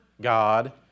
God